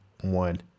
one